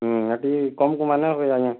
ହୁଁ ଆର୍ ଟିକେ କମ୍କୁମା ନାଇ ହୁଏ ଆଜ୍ଞା